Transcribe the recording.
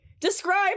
Describe